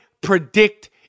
predict